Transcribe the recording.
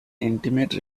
intimate